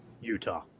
Utah